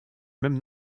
même